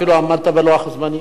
אפילו עמדת בלוח הזמנים.